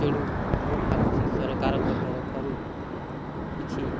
ତେଣୁ ମୁଁ ଭାବୁଛି ସରକାରଙ୍କ ତରଫରୁ କିଛି